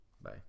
Bye